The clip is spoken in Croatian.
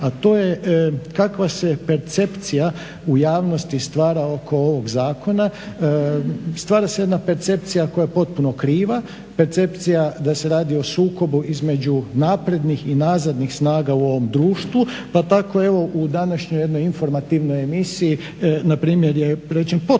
a to je kakva se percepcija u javnosti stvara oko ovog zakona. Stvara se jedna percepcija koja je potpuno kriva percepcija da se radio o sukobu između naprednih i nazadnih snaga u ovom društvu. Pa tako u današnjoj jednoj informativnoj emisiji npr. je rečen potpuno krivi